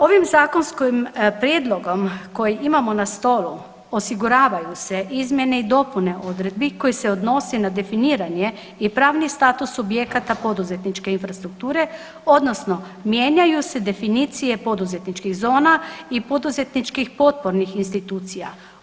Ovim zakonskim prijedlogom koji imao na stolu osiguravaju se izmjene i dopune odredbi koje se odnose na definiranje i pravni status subjekata poduzetničke infrastrukture odnosno mijenjaju se definicije poduzetničkih zona i poduzetničkih potpornih institucija.